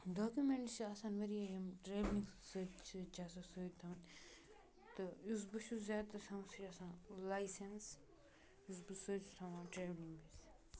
documents چھِ آسان واریاہ یِم ٹریولِنٛگ سۭتۍ سۭتۍ چھِ آسان سۭتۍ تھاوان تہٕ یُس بہٕ چھُس زیادٕ تَر تھاوان سُہ چھُ آسان لایسَنٕس یُس بہٕ سۭتۍ چھُ تھاوان ٹریولِنٛگ وِزِ